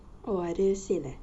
oh I didn't see that